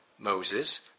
Moses